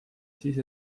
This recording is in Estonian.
siis